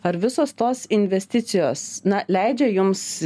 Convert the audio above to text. ar visos tos investicijos na leidžia jums